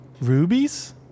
Rubies